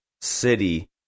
city